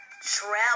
travel